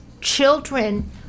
Children